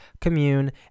commune